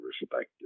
respected